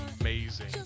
amazing